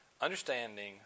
understanding